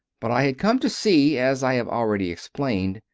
but i had come to see, as i have already explained,